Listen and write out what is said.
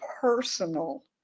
personal